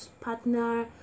partner